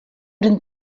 den